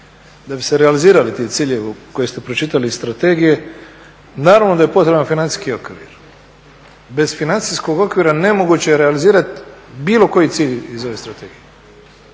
ti ciljevi realizirali koje ste pročitali iz strategije naravno da je potreban financijski okvir. Bez financijskog okvira nemoguće je realizirati bilo koji cilj iz ove strategije,